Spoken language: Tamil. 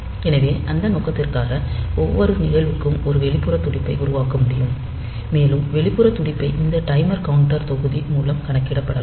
எனவே அந்த நோக்கத்திற்காக ஒவ்வொரு நிகழ்வுக்கும் ஒரு வெளிப்புற துடிப்பை உருவாக்க முடியும் மேலும் வெளிப்புற துடிப்பை இந்த டைமர் கவுண்டர் தொகுதி மூலம் கணக்கிடப்படலாம்